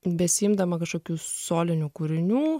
besiimdama kažkokių solinių kūrinių